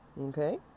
Okay